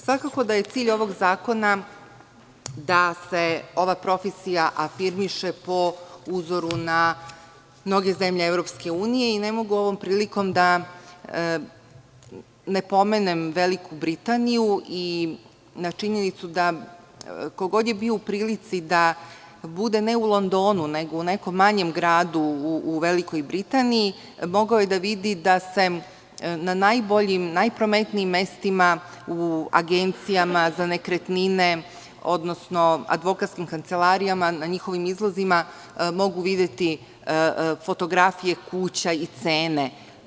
Svakako da je cilj ovog zakona da se ova profesija afirmiše po uzoru na mnoge zemlje EU i ne mogu ovom prilikom da ne pomenem Veliku Britaniju i na činjenicu da ko god je bio u prilici da bude ne u Londonu, nego u nekom manjem gradu u Velikoj Britaniji, mogao je da vidi da se na najboljim, najprometnijim mestima u agencijama za nekretnine, odnosno advokatskim kancelarijama, na njihovim izlozima, mogu videti fotografije kuća i cene.